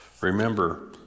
remember